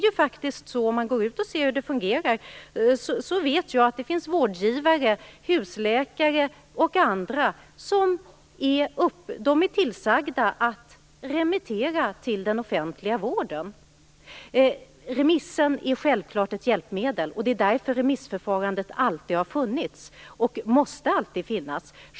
Jag vet att det finns vårdgivare - husläkare och andra - som är tillsagda att remittera till den offentliga vården. Remissen är självfallet ett hjälpmedel, och det är därför remissförfarandet alltid har funnits och alltid måste finnas.